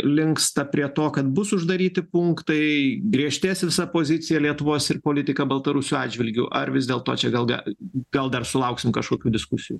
linksta prie to kad bus uždaryti punktai griežtės visa pozicija lietuvos ir politika baltarusių atžvilgiu ar vis dėlto čia gal gal dar sulauksim kažkokių diskusijų